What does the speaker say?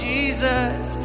Jesus